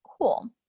Cool